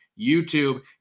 YouTube